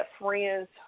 friends